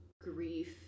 grief